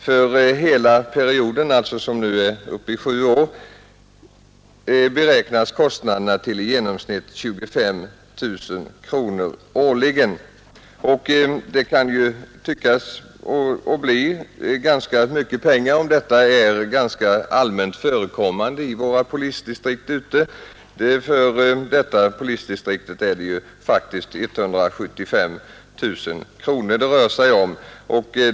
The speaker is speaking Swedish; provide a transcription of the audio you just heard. För hela perioden, som nu är uppe i sju år, beräknas kostnaderna till i genomsnitt 25 000 kronor årligen. Det kan tyckas bli rätt mycket pengar om detta är ganska allmänt förekommande i våra polisdistrikt. För detta polisdistrikt rör det sig faktiskt om 175 000 kronor.